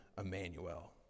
Emmanuel